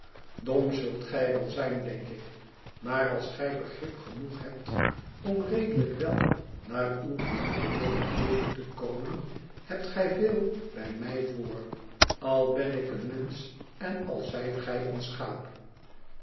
zult gij wel zijn denk ik maar als gij begrip genoeg hebt om redelijk wel naar uw genoegen door het leven te komen hebt gij veel bij mij voor al ben ik een mensch en al zijt gij een schaap